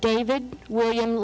david williams